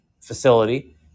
facility